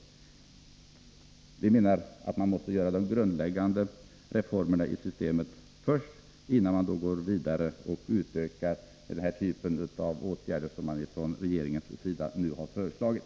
Vi menar att man måste göra de grundläggande reformerna i systemet först, innan man går vidare och inför den typ av åtgärder som man nu från regeringens sida har föreslagit.